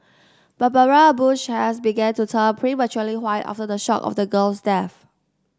Barbara Bush hairs began to turn prematurely white after the shock of the girl's death